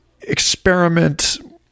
experiment